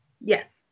yes